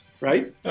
right